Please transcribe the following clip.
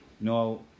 no